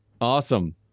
Awesome